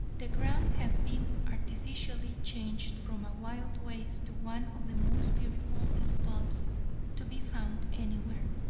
the ground has been artificially changed from a wild waste to one of the most beautiful spots to be found anywhere.